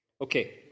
Okay